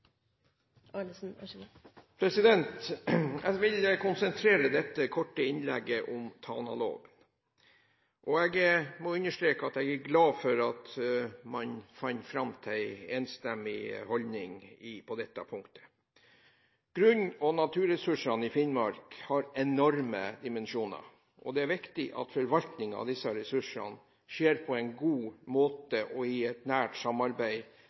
glad for at man har kommet fram til en enstemmig holdning på dette punktet. Grunn og naturressursene i Finnmark har enorme dimensjoner, og det er viktig at forvaltningen av disse ressursene skjer på en god måte og i et nært samarbeid